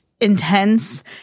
intense